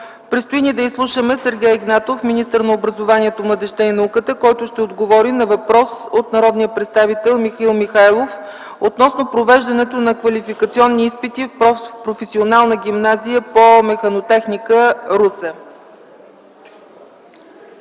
Предстои ни да изслушаме Сергей Игнатов – министър на образованието, младежта и науката, който ще отговори на въпрос от народния представител Михаил Михайлов относно провеждането на квалификационни изпити в Професионална гимназия по механотехника –